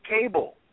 cable